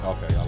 Okay